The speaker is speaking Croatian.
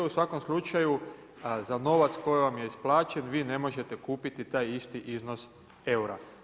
U svakom slučaju, za novac koji vam je isplaćen ne možete kupiti taj isti iznos eura.